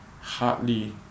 Hardly